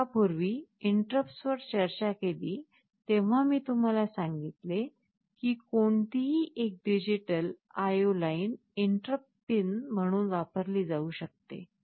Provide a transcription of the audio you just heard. आम्ही यापूर्वी interrupts वर चर्चा केली तेव्हा मी तुम्हाला सांगितले की कोणतीही एक digital IO line interrupt pin म्हणून वापरली जाऊ शकते